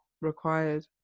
required